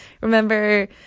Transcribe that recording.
remember